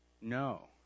No